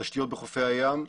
תשתיות בחופי הים,